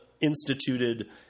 instituted